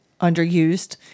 underused